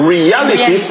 reality